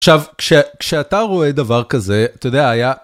עכשיו, כשאתה רואה דבר כזה, אתה יודע, היה...